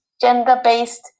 gender-based